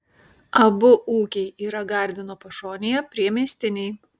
abu ūkiai yra gardino pašonėje priemiestiniai